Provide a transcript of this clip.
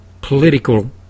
political